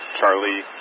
Charlie